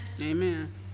Amen